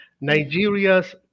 Nigeria's